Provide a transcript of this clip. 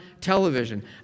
television